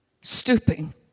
stooping